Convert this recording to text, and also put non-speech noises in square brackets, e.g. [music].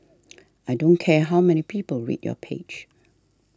[noise] I don't care how many people read your page